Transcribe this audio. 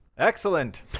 Excellent